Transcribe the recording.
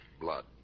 Blood